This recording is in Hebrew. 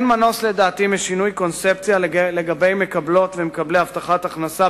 אין מנוס אלא משינוי קונספציה לגבי מקבלות ומקבלי הבטחת הכנסה,